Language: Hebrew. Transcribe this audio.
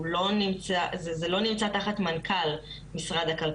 משרד הכלכלה לא נמצא תחת מנכ"ל,